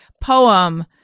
poem